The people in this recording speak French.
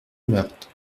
meurthe